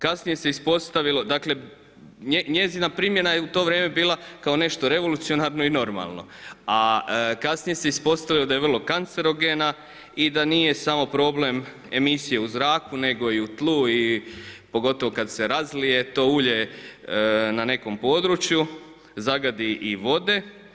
Kasnije se uspostavilo dakle, njezina primjena je u to vrijeme bila kao nešto revolucionarno i normalno, a kasnije se uspostavilo da je vrlo kancerogena i da nije samo problem emisije u zraku, nego i u tlu i pogotovo kada se razlije to ulje na nekom području zagadi i vode.